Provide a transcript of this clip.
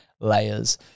layers